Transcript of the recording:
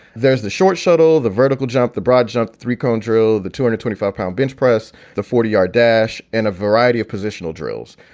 there's the short schoettle, the vertical jump, the broad jump three. coan drew the two and a twenty five pound bench press, the forty yard dash in a variety of positional drills.